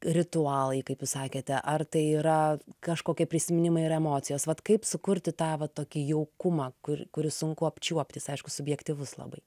ritualai kaip jūs sakėte ar tai yra kažkokie prisiminimai ir emocijos vat kaip sukurti tą va tokį jaukumą kur kurį sunku apčiuopti jis aišku subjektyvus labai